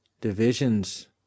divisions